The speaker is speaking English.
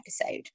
episode